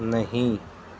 نہیں